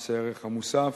מס הערך המוסף,